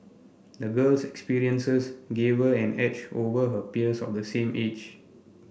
the girl's experiences gave her an edge over her peers of the same age